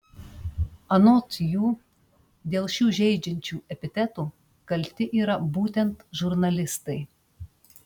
anot jų dėl šių žeidžiančių epitetų kalti yra būtent žurnalistai